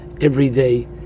everyday